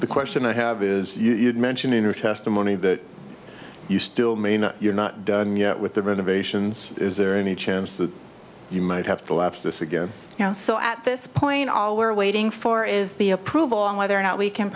the question i have is you did mention in your testimony that you still may not you're not done yet with the renovations is there any chance that you might have to lapse this again now so at this point all we're waiting for is the approval on whether or not we can